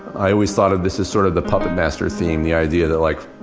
i always thought of this as sort of the puppet master theme. the idea that like,